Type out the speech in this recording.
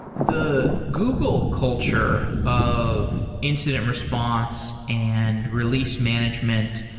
the google culture of incident response and release management,